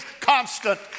constant